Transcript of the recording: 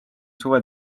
suve